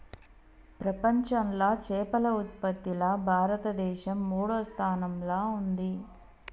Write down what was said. ప్రపంచంలా చేపల ఉత్పత్తిలా భారతదేశం మూడో స్థానంలా ఉంది